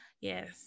Yes